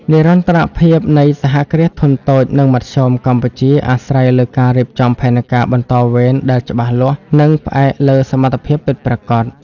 និរន្តរភាពនៃ សហគ្រាសធុនតូច និងមធ្យម កម្ពុជា អាស្រ័យលើការរៀបចំផែនការបន្តវេនដែលច្បាស់លាស់ និងផ្អែកលើសមត្ថភាពពិតប្រាកដ។